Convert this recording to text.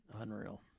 unreal